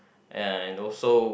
and also